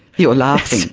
you're laughing.